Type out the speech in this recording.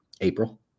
april